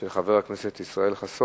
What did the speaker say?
של חבר הכנסת ישראל חסון,